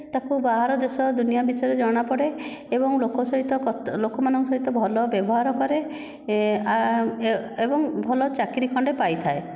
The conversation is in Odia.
ତାକୁ ବାହାର ଦେଶ ଦୁନିଆ ବିଷୟ ରେ ଜଣା ପଡ଼େ ଏବଂ ଲୋକ ସହିତ କଥ ଲୋକ ମାନଙ୍କ ସହିତ ଭଲ ବ୍ୟବହାର କରେ ଏବଂ ଭଲ ଚାକିରୀ ଖଣ୍ଡେ ପାଇଥାଏ